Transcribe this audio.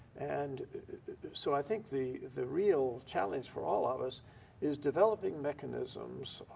and so i think the the real challenge for all of us is developing mechanisms,